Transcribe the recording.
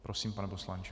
Prosím, pane poslanče.